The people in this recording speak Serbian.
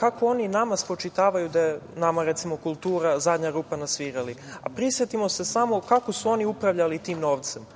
kako oni nama spočitavaju da je nama, recimo, kultura zadnja rupa na svirali. Prisetimo se samo kako su oni upravljali tim novcem,